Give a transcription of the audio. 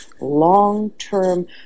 long-term